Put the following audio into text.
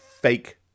fake